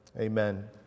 Amen